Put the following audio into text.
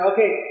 Okay